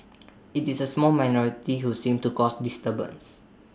IT is A small minority who seem to cause disturbance